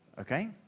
Okay